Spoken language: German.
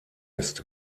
ist